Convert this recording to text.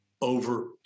over